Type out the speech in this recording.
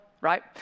right